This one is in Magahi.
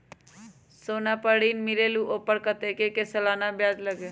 सोना पर ऋण मिलेलु ओपर कतेक के सालाना ब्याज लगे?